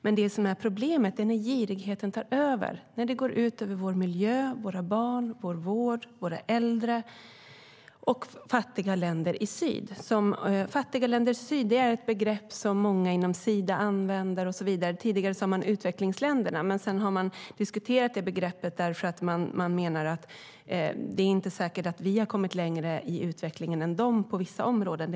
Men det som är problemet är när girigheten tar över, när det går ut över vår miljö, våra barn, vår vård, våra äldre och fattiga länder i syd. Fattiga länder i syd är ett begrepp som många använder, bland annat inom Sida. Tidigare sa man utvecklingsländer, men begreppet har diskuterats eftersom man menar att det inte är säkert att vi har kommit längre i utvecklingen än de på vissa områden.